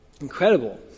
Incredible